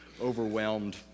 overwhelmed